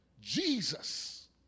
Jesus